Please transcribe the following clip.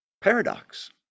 Paradox